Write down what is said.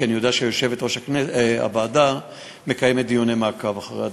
כי אני יודע שיושבת-ראש הוועדה מקיימת דיוני מעקב אחרי הדברים.